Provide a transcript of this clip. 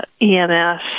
EMS